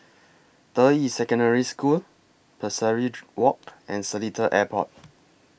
Deyi Secondary School Pesari Walk and Seletar Airport